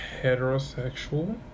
heterosexual